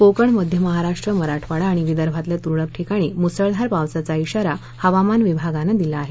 कोकण मध्य महाराष्ट्र मराठवाडा आणि विदर्भातल्या तुरळक ठिकाणी मुसळधार पावसाचा व्वाारा हवामान विभागानं दिला आहे